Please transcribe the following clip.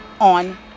on